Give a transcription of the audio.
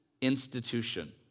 institution